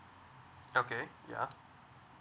okay ya